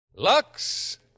Lux